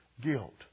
guilt